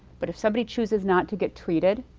but if somebody chooses not to get treated,